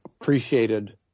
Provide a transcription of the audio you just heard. appreciated